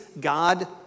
God